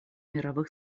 мировых